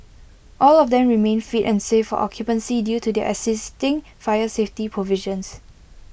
all of them remain fit and safe for occupancy due to their existing fire safety provisions